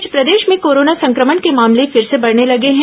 इस बीच प्रदेश में कोरोना संक्रमण के मामले फिर से बढ़र्न लगे हैं